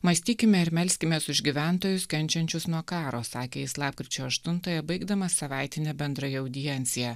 mąstykime ir melskimės už gyventojus kenčiančius nuo karo sakė jis lapkričio aštuntąją baigdamas savaitinę bendrąją audienciją